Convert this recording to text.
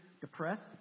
depressed